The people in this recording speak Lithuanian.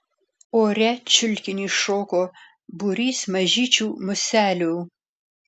ore čiulkinį šoko būrys mažyčių muselių